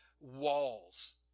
walls